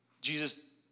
jesus